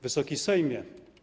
Wysoki Sejmie!